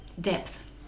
depth